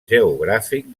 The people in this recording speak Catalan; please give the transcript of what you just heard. geogràfic